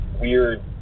weird